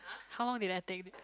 how long did that take